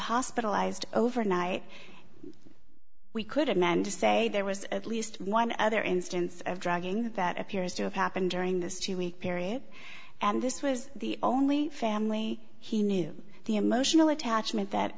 hospitalized overnight we could amend to say there was at least one other instance of drugging that appears to have happened during this two week period and this was the only family he knew the emotional attachment that